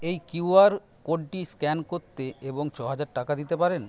এই কিউআর কোডটি স্ক্যান করতে এবং ছ হাজার টাকা দিতে পারেন